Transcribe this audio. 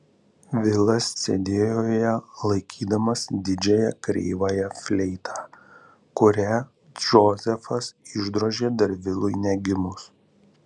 vilas sėdėjo joje laikydamas didžiąją kreivąją fleitą kurią džozefas išdrožė dar vilui negimus